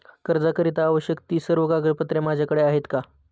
कर्जाकरीता आवश्यक ति सर्व कागदपत्रे माझ्याकडे आहेत का?